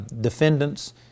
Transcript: defendant's